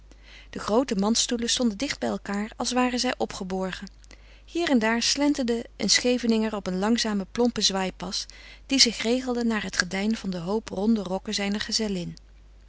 de groote mandstoelen stonden dicht bij elkaâr als waren zij opgeborgen hier en daar slenterde een scheveninger op een langzamen plompen zwaaipas die zich regelde naar het gedein van den hoop ronde rokken zijner gezellin